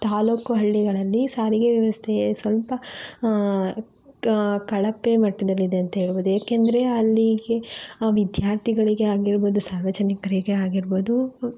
ತಾಲೂಕು ಹಳ್ಳಿಗಳಲ್ಲಿ ಸಾರಿಗೆ ವ್ಯವಸ್ಥೆ ಸ್ವಲ್ಪ ಕಳಪೆ ಮಟ್ಟದಲ್ಲಿದೆ ಅಂತ ಹೇಳ್ಬೋದು ಏಕೆಂದರೆ ಅಲ್ಲಿಗೆ ವಿದ್ಯಾರ್ಥಿಗಳಿಗೆ ಆಗಿರ್ಬೋದು ಸಾರ್ವಜನಿಕರಿಗೇ ಆಗಿರ್ಬೋದು